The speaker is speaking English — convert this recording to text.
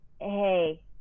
hey